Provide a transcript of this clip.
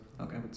Okay